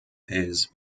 his